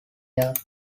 yards